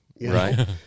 Right